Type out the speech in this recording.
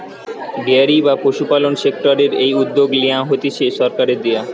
dairy বা পশুপালন সেক্টরের এই উদ্যগ নেয়া হতিছে সরকারের দিয়া